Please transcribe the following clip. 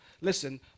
listen